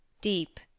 Deep